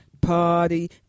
party